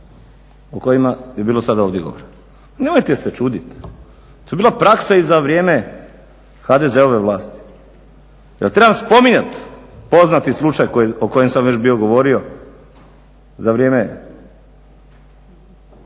u kojima je bilo sada ovdje govora. Nemojte se čudit. To je bila praksa i za vrijeme HDZ-ove vlati. Jel' treba spominjati poznati slučaj o kojem sam već bio govorio za vrijeme,